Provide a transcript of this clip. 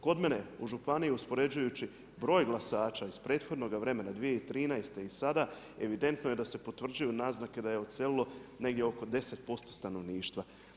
Kod mene u županiji uspoređujući broj glasaća iz prethodnoga vremena 2013. i sada evidentno je da se potvrđuju naznake da je odselilo negdje oko 10% stanovništva.